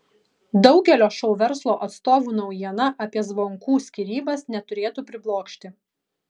daugelio šou verslo atstovų naujiena apie zvonkų skyrybas neturėtų priblokšti